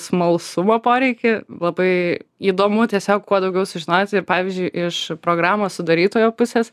smalsumo poreikį labai įdomu tiesiog kuo daugiau sužinoti ir pavyzdžiui iš programos sudarytojo pusės